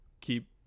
keep